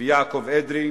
ויעקב אדרי.